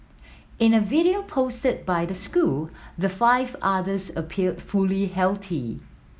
in a video posted by the school the five otters appeared fully healthy